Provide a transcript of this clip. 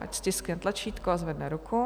Ať stiskne tlačítko a zvedne ruku.